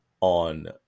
on